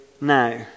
now